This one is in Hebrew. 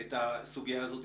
את הסוגיה הזו.